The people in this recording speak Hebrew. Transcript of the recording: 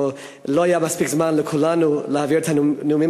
לא היה מספיק זמן לכולנו להעביר את הנאומים